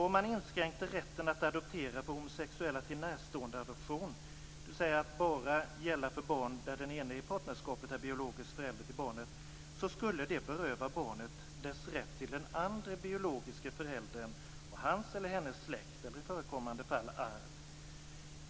Om man inskränker rätten att adoptera för homosexuella till närståendeadoption, dvs. att bara gälla för barn där den ene i partnerskapet är biologisk förälder till barnet, skulle det beröva barnet dess rätt till den andra biologiska föräldern och hans eller hennes släkt eller i förekommande fall arv.